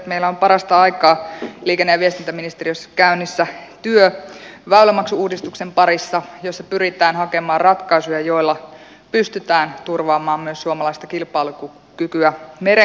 meillä on parastaikaa liikenne ja viestintäministeriössä käynnissä työ väylämaksu uudistuksen parissa jossa pyritään hakemaan ratkaisuja joilla pystytään turvaamaan myös suomalaista kilpailukykyä merenkulun osalta